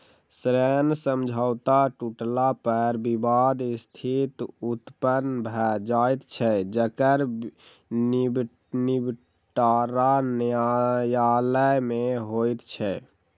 ऋण समझौता टुटला पर विवादक स्थिति उत्पन्न भ जाइत छै जकर निबटारा न्यायालय मे होइत छै